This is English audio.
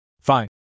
Fine